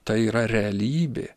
tai yra realybė